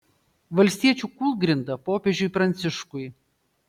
valstiečių kūlgrinda popiežiui pranciškui